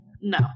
No